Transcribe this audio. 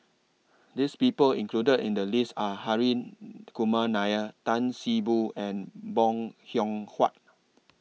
This People included in The list Are Harry Kumar Nair Tan See Boo and Bong Hiong Hwa